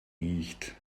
nicht